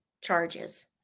charges